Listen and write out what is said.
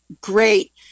great